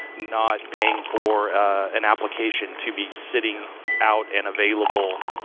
not paying for an application to be sitting out an available,